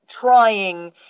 trying